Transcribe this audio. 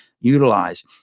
utilize